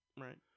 Right